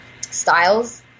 styles